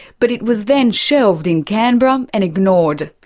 but it was then shelved in canberra and ignored.